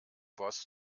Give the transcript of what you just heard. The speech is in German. boss